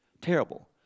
Terrible